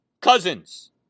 Cousins